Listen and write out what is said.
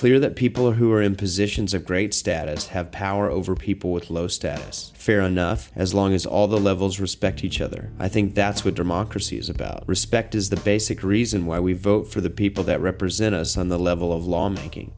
clear that people who are in positions of great status have power over people with low status fair enough as long as all the levels respect each other i think that's what democracy is about respect is the basic reason why we vote for the people that represent us on the level of lawmaking